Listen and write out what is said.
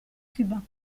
cubain